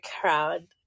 crowd